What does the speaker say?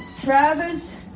Travis